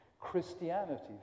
Christianity